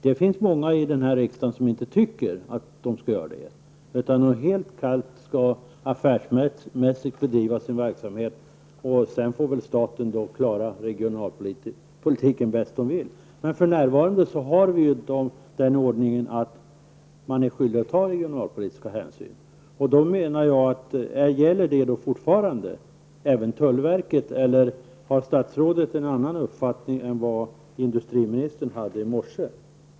Det finns många i denna riksdag som tycker att man inte skall göra det. De tycker att de statliga verken helt kallt och affärsmässigt skall bedriva sin verksamhet och att staten senare skall få klara regionalpolitiken bäst den vill. För närvarande har vi emellertid den ordningen att staten är skyldig att ta regionalpolitiska hänsyn. Jag undrar om detta fortfarande gäller även tullverket, eller om statsrådet har en annan uppfattning än industriministern hade i morse.